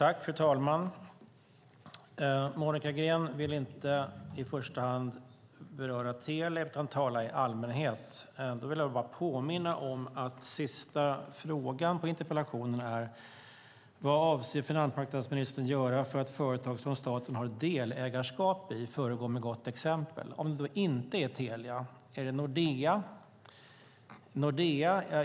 Fru talman! Monica Green vill inte i första hand beröra Telia utan tala i allmänhet. Då vill jag bara påminna om att den sista frågan i interpellationen är: "Vad avser statsrådet att göra så att företag som staten har delägarskap i föregår med gott exempel?" Om det inte är Telia, är det Nordea?